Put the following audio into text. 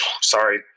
Sorry